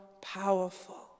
powerful